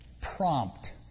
prompt